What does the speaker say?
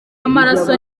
w’amaraso